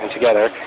together